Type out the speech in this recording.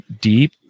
deep